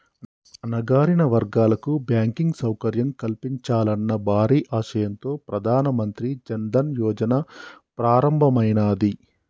అణగారిన వర్గాలకు బ్యాంకింగ్ సౌకర్యం కల్పించాలన్న భారీ ఆశయంతో ప్రధాన మంత్రి జన్ ధన్ యోజన ప్రారంభమైనాది